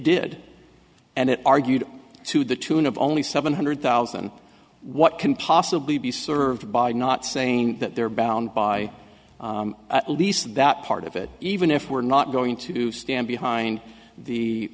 did and it argued to the tune of only seven hundred thousand what can possibly be served by not saying that they're bound by at least that part of it even if we're not going to stand behind the